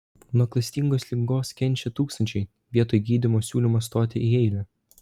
nuo klastingos ligos kenčia tūkstančiai vietoj gydymo siūlymas stoti į eilę